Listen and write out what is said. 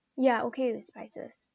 yeah okay with spices